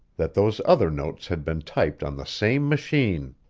that those other notes had been typed on the same machine.